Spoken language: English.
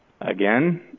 Again